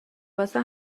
واسه